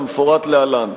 כמפורט להלן: